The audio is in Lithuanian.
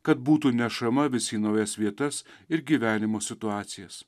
kad būtų nešama vis į naujas vietas ir gyvenimo situacijas